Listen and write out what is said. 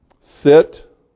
Sit